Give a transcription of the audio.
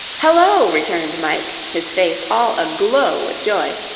hello, returned mike, his face all aglow with joy,